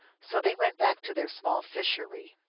so they went back to their small fishery.